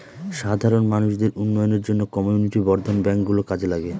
সাধারণ মানুষদের উন্নয়নের জন্য কমিউনিটি বর্ধন ব্যাঙ্ক গুলো কাজে লাগে